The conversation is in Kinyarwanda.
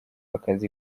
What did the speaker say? akazi